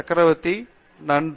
R Chakravarthy நன்றி